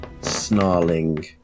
snarling